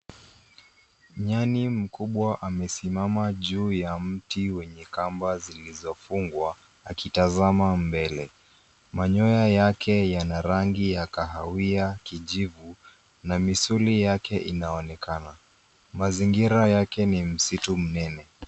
Nyani mkubwa amesimama juu ya mti wenye kamba zilizofungwa akitazama mbele. Manyoya yake yana rangi ya kahawia kijivu na misuli yake inaonekana mazingira yake ni msitu mnene.